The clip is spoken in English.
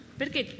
perché